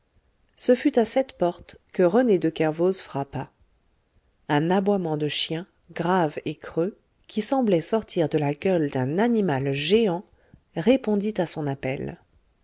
ce fut à cette porte que rené de kervoz frappa un aboiement de chien grave et creux qui semblait sortir de la gueule d'un animal géant répondit à son appel